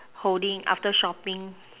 holding after shopping